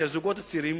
כי הזוגות הצעירים